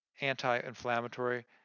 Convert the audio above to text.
anti-inflammatory